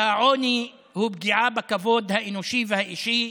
והעוני הוא פגיעה בכבוד האנושי והאישי,